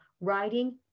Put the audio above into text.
writing